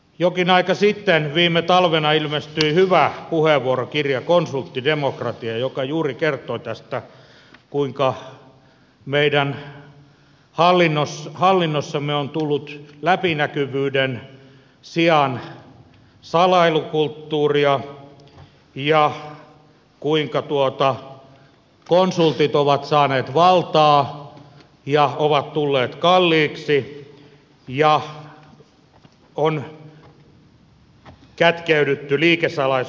jokin aika sitten viime talvena ilmestyi hyvä puheenvuorokirja konsulttidemokratia joka juuri kertoi tästä kuinka meidän hallinnossamme on tullut läpinäkyvyyden sijaan salailukulttuuria ja kuinka konsultit ovat saaneet valtaa ja ovat tulleet kalliiksi ja on kätkeydytty liikesalaisuuksien taakse